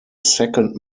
second